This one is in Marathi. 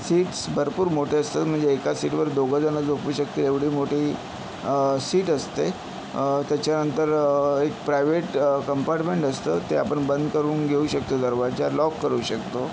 सीट्स भरपूर मोठे असतात म्हणजे एका सीटवर दोघंजण झोपू शकतील एवढी मोठी सीट असते त्याच्यानंतर एक प्रायव्हेट कंपार्टमेंट असतं ते आपण बंद करून घेऊ शकतो दरवाजा लॉक करू शकतो